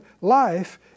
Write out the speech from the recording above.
life